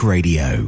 Radio